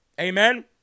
Amen